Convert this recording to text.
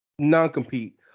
non-compete